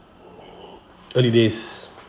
early days